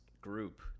group